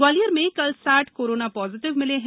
ग्वालियर में कल साठ कोरोना पॉजिटिव मिले हैं